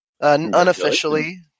unofficially